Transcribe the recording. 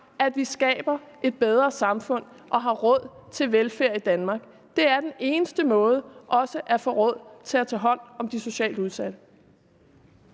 at vi skaber et bedre samfund og har råd til velfærd i Danmark. Det er den eneste måde til også at få råd til at tage hånd om de socialt udsatte.